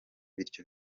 bityo